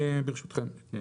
ברשותכם.